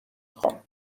خوام